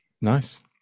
Nice